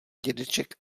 dědeček